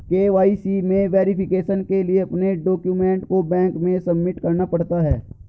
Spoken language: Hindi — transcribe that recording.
के.वाई.सी में वैरीफिकेशन के लिए अपने डाक्यूमेंट को बैंक में सबमिट करना पड़ता है